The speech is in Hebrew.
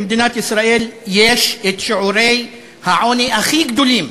במדינת ישראל שיעורי העוני הכי גדולים